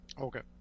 okay